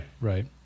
right